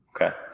Okay